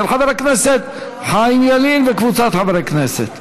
של חבר הכנסת חיים ילין וקבוצת חברי הכנסת.